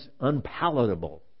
unpalatable